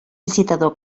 licitador